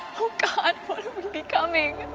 oh god, what are we becoming?